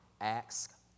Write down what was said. ask